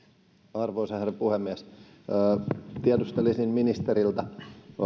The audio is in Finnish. arvoisa herra puhemies tiedustelisin ministeriltä